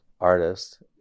artist